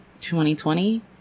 2020